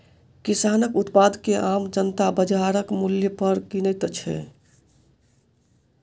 किसानक उत्पाद के आम जनता बाजारक मूल्य पर किनैत छै